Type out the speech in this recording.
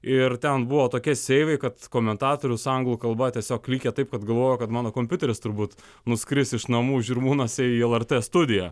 ir ten buvo tokia seivai kad komentatorius anglų kalba tiesiog klykia taip kad galvoju kad mano kompiuteris turbūt nuskris iš namų žirmūnuose į lrt studiją